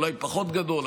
אולי פחות גדול,